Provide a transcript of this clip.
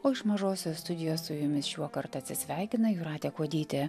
o iš mažosios studijos su jumis šiuokart atsisveikina jūratė kuodytė